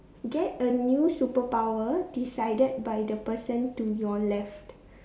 get a new superpower decided by the person to your left